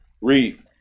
Read